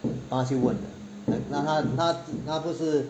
帮她去问的那个她她她不是